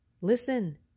Listen